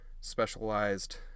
specialized